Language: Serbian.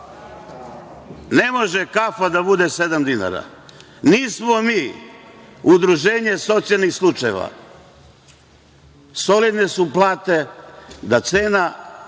Ne može kafa da bude sedam dinara. Nismo mi udruženje socijalnih slučajeva. Solidne su plate da cena